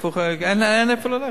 אין איפה ללכת,